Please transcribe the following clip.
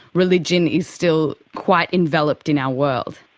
religion is still quite enveloped in our world.